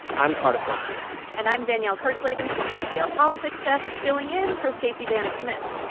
i'm cardiff garcia and i'm danielle kurtzleben from the npr politics desk filling in for stacey vanek smith.